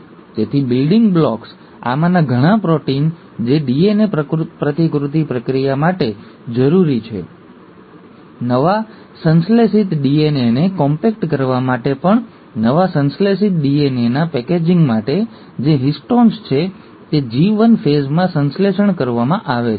તેથી building blocks આમાંના ઘણા પ્રોટીન જે ડીએનએ પ્રતિકૃતિની પ્રક્રિયા માટે જરૂરી છે નવા સંશ્લેષિત ડીએનએને કોમ્પેક્ટ કરવા માટે પણ નવા સંશ્લેષિત ડીએનએના પેકેજિંગ માટે જે હિસ્ટોન્સ છે તે જી 1 ફેઝમાં સંશ્લેષણ કરવામાં આવે છે